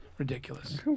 Ridiculous